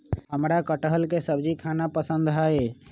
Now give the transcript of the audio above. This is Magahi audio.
हमरा कठहल के सब्जी खाना पसंद हई